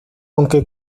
aunque